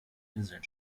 inseln